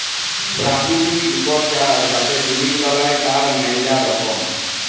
পেরাকিতিক ইকট চাস যাতে সিলিক বালাই, তার ম্যালা রকম